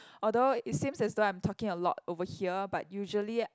although it seems as though I'm talking a lot over here but usually